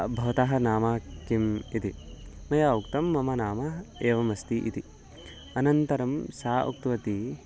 भवतः नाम किम् इति मया उक्तं मम नाम एवम् अस्ति इति अनन्तरं सा उक्तवती